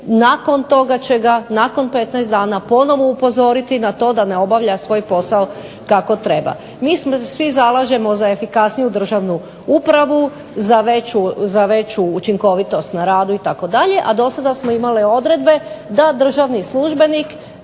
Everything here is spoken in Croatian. nakon toga će ga, nakon 15 dana ponovno upozoriti na to da ne obavlja svoj posao kako treba. Mi se svi zalažemo za efikasniju državnu upravu, za veću učinkovitost na radu itd., a dosada smo imali odredbe da državni službenik